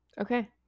Okay